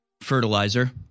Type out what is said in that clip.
fertilizer